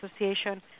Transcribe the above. association